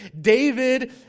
David